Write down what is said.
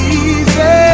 easy